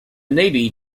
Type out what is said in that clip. navy